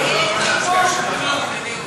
אם כן,